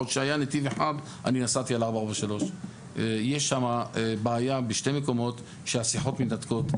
עוד כשהיה נתיב אחד אני נסעתי על 443. יש שם בעיה בשני מקומות שהשיחות מתנתקות.